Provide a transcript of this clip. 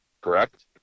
Correct